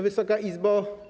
Wysoka Izbo!